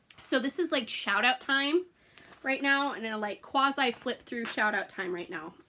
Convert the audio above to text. so this is like shout out time right now and then a like quasi flip through shout out time right now.